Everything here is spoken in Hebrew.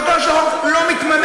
המטרה של החוק לא מתממשת.